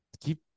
Keep